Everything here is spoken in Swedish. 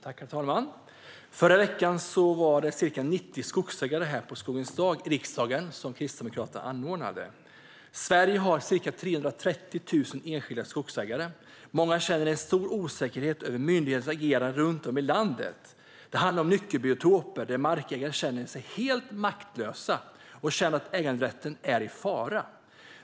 Herr talman! Förra veckan var ca 90 skogshuggare här i riksdagen på Skogens dag, som Kristdemokraterna anordnade. Sverige har ca 330 000 enskilda skogsägare. Många känner en stor osäkerhet på grund av myndigheters agerande runt om i landet. Det handlar om nyckelbiotoper där markägare känner sig helt maktlösa. De känner att äganderätten är i fara.